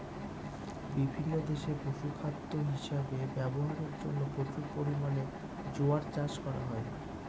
বিভিন্ন দেশে পশুখাদ্য হিসাবে ব্যবহারের জন্য প্রচুর পরিমাণে জোয়ার চাষ করা হয়